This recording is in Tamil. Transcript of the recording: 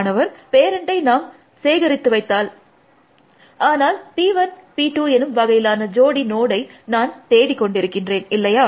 மாணவர் பேரண்ட்டை நாம் சேகரித்து வைத்தால் 1439 ஆனால் PI P2 எனும் வகையிலான ஜோடி நோடை நான் தேடிக்கொண்டிருக்கின்றேன் இல்லையா